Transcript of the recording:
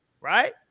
right